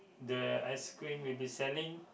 the ice cream will be selling